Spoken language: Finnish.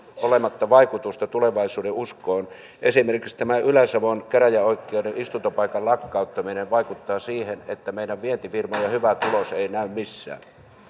olematta vaikutusta tulevaisuudenuskoon esimerkiksi tämä ylä savon käräjäoikeuden istuntopaikan lakkauttaminen vaikuttaa siihen että meidän vientifirmojen hyvä tulos ei näy missään